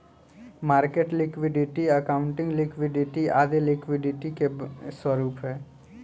market liquidity, accounting liquidity आदी liquidity के ही स्वरूप है